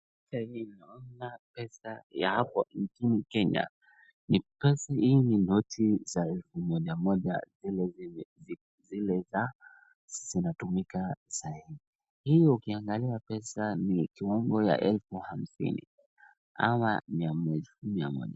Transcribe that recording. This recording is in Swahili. Picha hii naona pesa ya hapa nchini Kenya. Pesa hii ni noti za elfu mojamoja noti zile zinatumika sahii. Hiyo ukiangalia pesa ni kiwango ya elfu hamsini ama mia moja.